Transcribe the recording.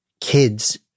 kids